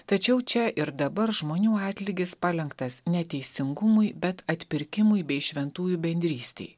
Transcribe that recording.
tačiau čia ir dabar žmonių atlygis palenktas ne teisingumui bet atpirkimui bei šventųjų bendrystei